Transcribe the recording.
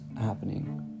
happening